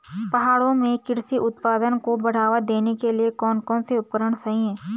पहाड़ों में कृषि उत्पादन को बढ़ावा देने के लिए कौन कौन से उपकरण सही हैं?